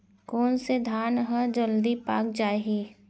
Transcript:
कोन से धान ह जलदी पाक जाही?